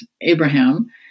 Abraham